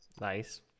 Nice